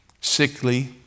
Sickly